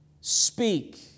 speak